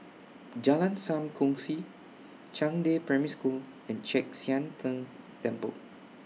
Jalan SAM Kongsi Zhangde Primary School and Chek Sian Tng Temple